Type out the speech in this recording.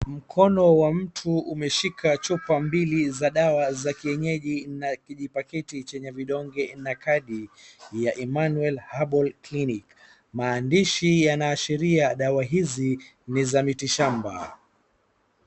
Mkono wa mtu umeshika chupa mbili za dawa za kienyeji na kijipaketi chenye vidonge na kadi ya Emmanuel Herbal Clinic. Maandishi yanaashiria dawa hizi ni za miti shamba.